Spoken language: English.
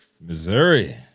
Missouri